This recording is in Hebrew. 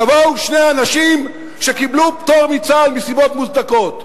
יבואו שני אנשים שקיבלו פטור מצה"ל מסיבות מוצדקות,